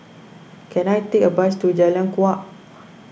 can I take a bus to Jalan Kuak